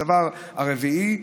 הדבר הרביעי,